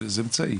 זה אמצעי.